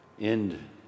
end